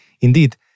Indeed